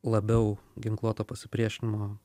labiau ginkluoto pasipriešinimo